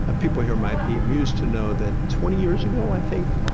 ah people here might be amused to know that twenty years ago, i think,